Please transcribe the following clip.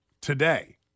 today